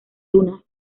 dunas